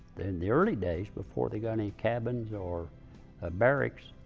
in the early days, before they got any cabins or ah barracks,